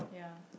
ya